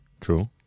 True